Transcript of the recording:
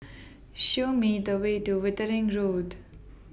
Show Me The Way to Wittering Road